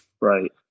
Right